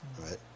right